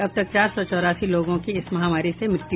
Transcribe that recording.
अब तक चार सौ चौरासी लोगों की इस महामारी से मृत्यु